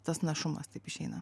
tas našumas taip išeina